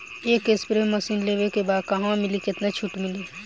एक spray machine लेवे के बा कहवा मिली केतना छूट मिली?